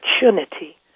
opportunity